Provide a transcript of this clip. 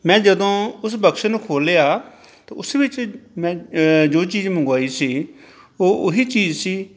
ਮੈਂ ਜਦੋਂ ਉਸ ਬਕਸੇ ਨੂੰ ਖੋਲ੍ਹਿਆ ਤਾਂ ਉਸ ਵਿੱਚ ਮੈਂ ਜੋ ਚੀਜ਼ ਮੰਗਵਾਈ ਸੀ ਉਹ ਉਹੀ ਚੀਜ਼ ਸੀ